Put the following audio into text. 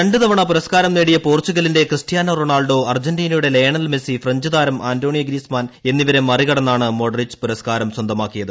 രണ്ടു തവണ പുരസ്കാരം നേടിയ പോർച്ചുഗലിന്റെ ക്രിസ്റ്റിയാനോ റൊണാൾഡ്രോ അർജന്റീനയുടെ ലയണൽ മെസ്സി ഫ്രഞ്ച് താരങ്ങളായ ആന്റ്റോണിയോ ഗ്രീസ്മാൻ എന്നിവരെ മറികടന്നാണ് മോഡ്രിച്ച് പുരസ്കാരം സ്വന്തമാക്കിയത്